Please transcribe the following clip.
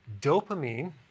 Dopamine